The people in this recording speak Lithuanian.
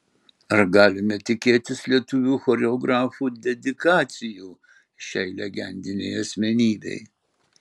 ar galime tikėtis lietuvių choreografų dedikacijų šiai legendinei asmenybei